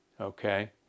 okay